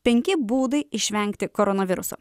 penki būdai išvengti koronaviruso